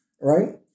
Right